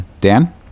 dan